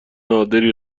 نادری